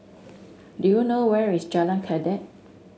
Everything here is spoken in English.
do you know where is Jalan Kledek